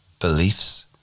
beliefs